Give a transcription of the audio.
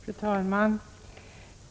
Fru talman!